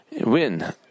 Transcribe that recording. win